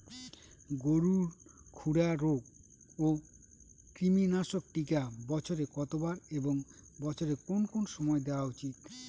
গরুর খুরা রোগ ও কৃমিনাশক টিকা বছরে কতবার এবং বছরের কোন কোন সময় দেওয়া উচিৎ?